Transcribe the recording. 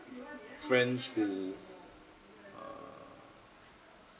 friends who uh